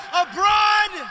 abroad